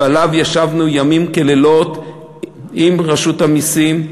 ועליו ישבנו לילות כימים עם רשות המסים,